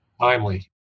timely